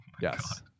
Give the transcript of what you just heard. Yes